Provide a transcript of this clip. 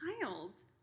child